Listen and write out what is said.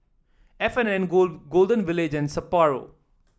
F and N Go Golden Village and Sapporo